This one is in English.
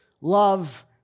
Love